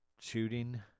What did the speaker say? shooting